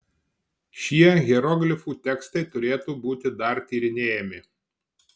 šie hieroglifų tekstai turėtų būti dar tyrinėjami